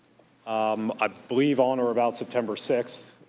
um i believe on or about september sixth,